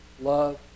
love